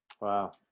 Wow